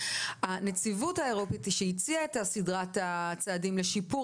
הנציבות האירופאית שהציעה את סדרת הצעדים לשיפור